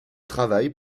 travaille